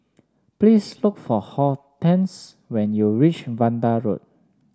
please look for Hortense when you reach Vanda Road